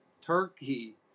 Turkey